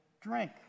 drink